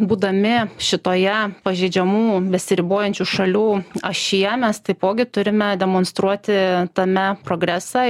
būdami šitoje pažeidžiamų besiribojančių šalių ašyje mes taipogi turime demonstruoti tame progresą